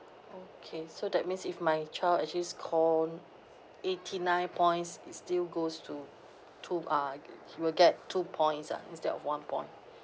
okay so that means if my child actually score eighty nine points it still goes to to ah g~ he will get two points ah instead of one point